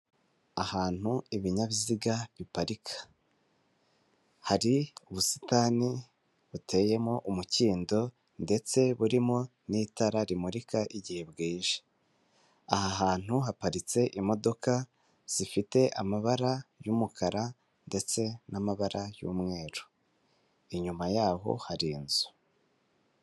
Ahantu ibinyabiziga biparika hari ubusitani buteyemo umukindo ndetse burimo n'itara rimurika igihe bwije, aha hantu haparitse imodoka zifite amabara y'umukara ndetse n'amabara y'umweru inyuma yaho hari inzu.